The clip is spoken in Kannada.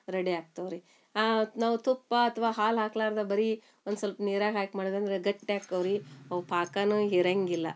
ರಡಿ ಆಗ್ತವೆ ರೀ ನಾವು ತುಪ್ಪ ಅಥ್ವಾ ಹಾಲು ಹಾಕ್ಲಾರ್ದೆ ಬರೇ ಒಂದು ಸ್ವಲ್ಪ ನೀರಾಗಿ ಹಾಕಿ ಮಾಡಿದ್ನಂದ್ರೆ ಗಟ್ಟ್ ಆಕ್ಕವೆ ರೀ ಅವು ಪಾಕನೂ ಹೀರೋಂಗಿಲ್ಲ